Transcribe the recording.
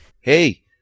Hey